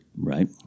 Right